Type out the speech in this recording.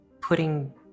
putting